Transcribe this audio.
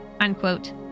unquote